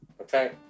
okay